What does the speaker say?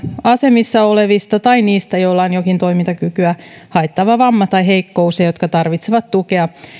asemassa olevista tai niistä joilla on jokin toimintakykyä haittaava vamma tai heikkous ja jotka tarvitsevat tukea